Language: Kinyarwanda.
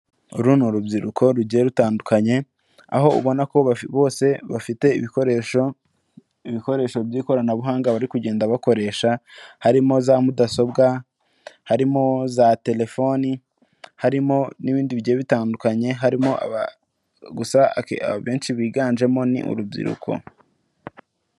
Uru ni urubyiruko rugiye rutandukanye aho ubona bose bafite ibikoresho ibikoresho by'ikoranabuhanga bari kugenda bakoresha harimo za mudasobwa, harimo za telefoni harimo n'ibindi bihe bitandukanye harimo benshi biganjemo ni urubyiruko.